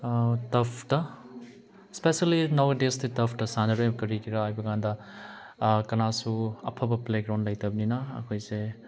ꯇꯔꯐꯇ especially now ꯑꯦꯗꯦꯁꯇꯤ ꯇꯔꯐꯇ ꯁꯥꯟꯅꯔꯦ ꯀꯔꯤꯒꯤꯔꯥ ꯍꯥꯏꯕꯀꯥꯟꯗ ꯀꯅꯥꯁꯨ ꯑꯐꯕ ꯄ꯭ꯂꯦ ꯒ꯭ꯔꯥꯎꯟ ꯂꯩꯇꯕꯅꯤꯅ ꯑꯩꯈꯣꯏꯁꯦ